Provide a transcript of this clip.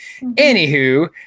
Anywho